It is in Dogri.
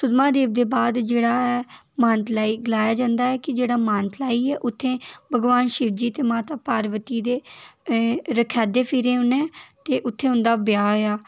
सुद्धमहादेव दे बाद जेह्ड़ा ऐ मानतलाई गलाया जंदा ऐ कि जेह्ड़ा मानतलाई ऐ उत्थें भगवान शिवजी ते माता पार्वती ने रक्खादे फिरे उ'नें ते उत्थें उं'दा ब्याह् होआ